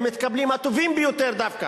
ומתקבלים הטובים ביותר דווקא,